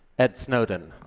ed snowden.